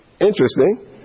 interesting